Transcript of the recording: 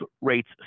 rates